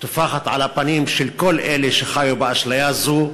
טופחת על הפנים של כל אלה שחיו באשליה הזאת,